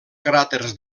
cràters